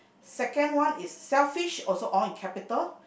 second one is selfish also all in capital